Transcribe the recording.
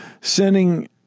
Sending